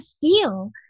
feel